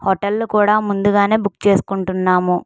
హోటళ్ళు కూడా ముందుగా బుక్ చేసుకుంటున్నాము